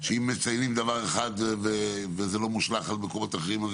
היא אם מציינים דבר אחד וזה לא מושלך על מקומות אחרים,